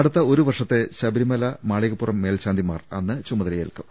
അടുത്ത ഒരു വർഷത്തെ ശബരിമല മാളിക പ്പുറം മേൽശാന്തിമാർ അന്ന് ചുമതലയേൽക്കും